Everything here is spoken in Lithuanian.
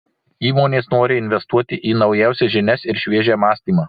įmonės nori investuoti į naujausias žinias ir šviežią mąstymą